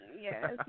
Yes